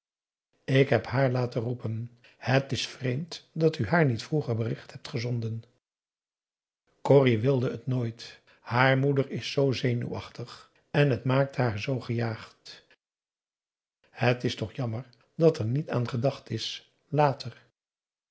ik heb haar laten roepen het is vreemd dat u haar niet vroeger bericht hebt gezonden corrie wilde het nooit haar moeder is zoo zenuwachtig en t maakte haar zoo gejaagd het is toch jammer dat er niet aan gedacht is later